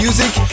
Music